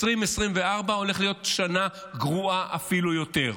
2024 הולכת להיות שנה גרועה אפילו יותר.